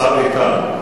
השר איתן,